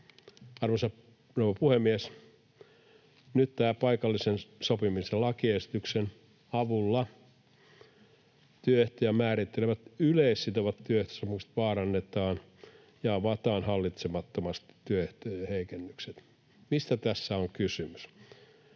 rouva puhemies! Nyt tämän paikallisen sopimisen lakiesityksen avulla työehtoja määrittelevät yleissitovat työehtosopimukset vaarannetaan ja avataan hallitsemattomasti työehtojen heikennykset. Mistä tässä on kysymys?